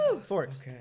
Forks